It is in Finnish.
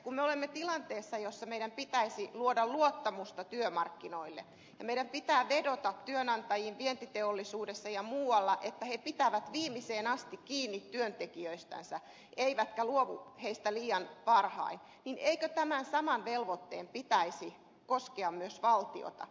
kun me olemme tilanteessa jossa meidän pitäisi luoda luottamusta työmarkkinoille ja meidän pitää vedota työnantajiin vientiteollisuudessa ja muualla että he pitävät viimeiseen asti kiinni työntekijöistänsä eivätkä luovu heistä liian varhain niin eikö tämän saman velvoitteen pitäisi koskea myös valtiota